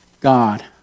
God